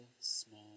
small